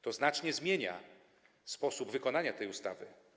To znacznie zmienia sposób wykonania tej ustawy.